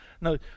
No